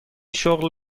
شغل